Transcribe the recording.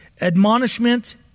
admonishment